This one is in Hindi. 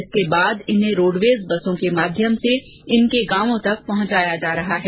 इसके बाद इन्हें रोडवेज बसों के माध्यम से इनके गांव तक पहुंचाया जा रहा है